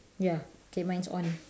ya okay mine is on